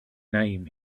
name